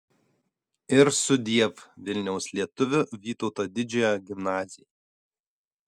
ir sudiev vilniaus lietuvių vytauto didžiojo gimnazijai